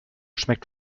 schmeckt